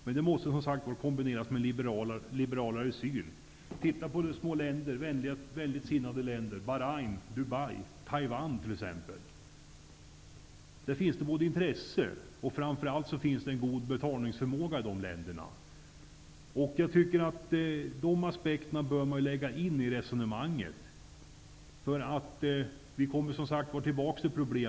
Men det måste kombineras med en liberalare syn. Se på små och vänligt sinnade länder såsom Bahrain, Dubai och Taiwan. Där finns det intresse och framför allt en god betalningsförmåga. Dessa aspekter bör tas med i resonemanget.